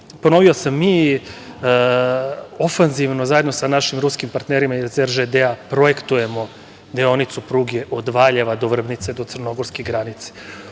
rešiti. Ponovio sam, mi ofanzivno, zajedno sa našim ruskim partnerima iz RŽD projektujemo deonicu pruge od Valjeva do Vrbnice, do crnogorske granice.